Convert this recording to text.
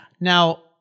Now